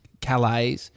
Calais